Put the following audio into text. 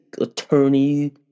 attorney